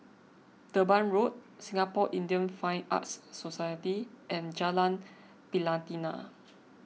Durban Road Singapore Indian Fine Arts Society and Jalan Pelatina